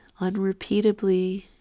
unrepeatably